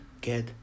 get